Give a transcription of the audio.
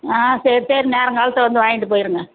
ஆ சரி சரி நேரங்காலத்தில் வந்து வாங்கிட்டு போயிடுங்க